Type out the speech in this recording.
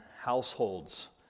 households